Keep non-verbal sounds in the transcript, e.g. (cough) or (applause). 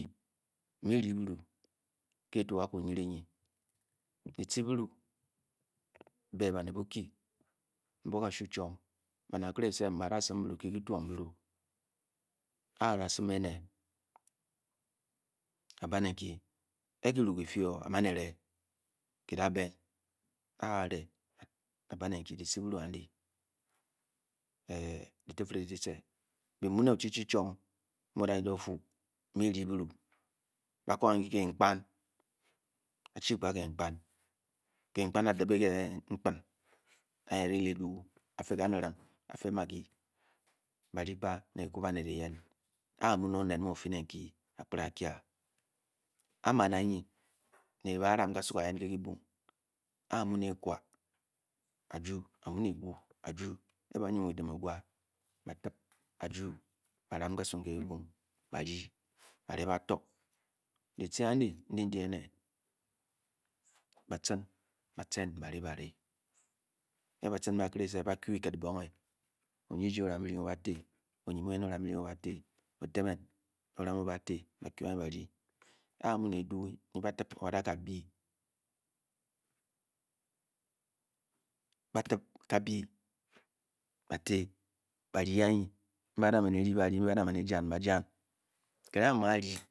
Bi-mu-bi vi byirú ké etuga kú nyri nyi dyici byiru bé banet bukyi mbwoo káchú chwob banet ba'kire baange esim byiru ké kitwom byirú. a daisime éné a'bané nki. e-kyiru kifi-o (unintelligible) kida bēn a'eve a'eve a'ba ne uki. dyici byiru n'di dycitving dyice be mu'ue chwom uki a'da' nyde a'su' bi ma ri byiru ba'konkyi kiipan. ba'chi kpá kii kpan a'dymé ke'n'gbia anyi eduû. afé kaniring. a'fe'maggie ba vyi kpa ne. kikú banet eyen a'ma mé onet mu ofime nki a'kpré a'kye a' aman anyi ne da. ram ka su kayen wué kibong. a'mu ne ekwa aju. a mu né ebú áju á ba ryi edimegwa ba'fim a ju a'ran kasu nké kibong ba ryi ba ré ba tó dyici a'ndi ndi-di ené bachin bá cenné bari e'ba'chin bakere bá kyu kiket kibongé onyiji oram byiring onyimen oram byiring ba tyi o'tyep émén o'ram o' ba-tyi ba-ku anyi ba kyi ka'amu né edu'u nyi ba'tum kabyi ba' tyi ba'kyi anyi. mbé ba chá maine eryi ba'ryi ba'ryi mbe'bara man ejan ba'tan. kyi ering a'ma'ryi